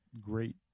great